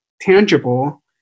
tangible